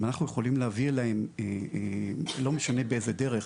אם אנחנו יכולים להעביר להם, לא משנה באיזה דרך,